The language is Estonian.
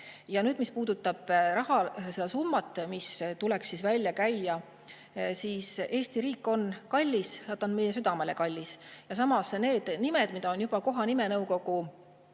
Ja mis puudutab seda summat, mis tuleks välja käia, siis Eesti riik on kallis. Ta on meie südamele kallis. Ja samas need nimed, mis on juba kohanimenõukogu